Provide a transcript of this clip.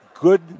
good